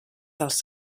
dels